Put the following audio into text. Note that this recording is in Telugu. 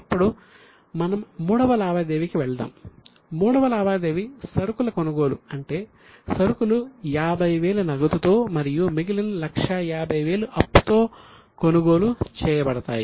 ఇప్పుడు మనం మూడవ లావాదేవీకి వెళ్దాం మూడవ లావాదేవీ సరుకుల కొనుగోలు అంటే సరుకులు 50000 నగదుతో మరియు మిగిలిన 150000 అప్పు తో కొనుగోలు చేయబడతాయి